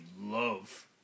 love